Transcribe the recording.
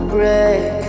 Break